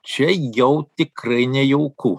čia jau tikrai nejauku